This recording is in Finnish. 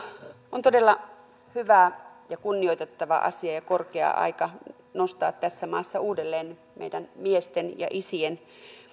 on todella hyvä ja kunnioitettava asia ja on korkea aika nostaa tässä maassa uudelleen meidän miesten ja isien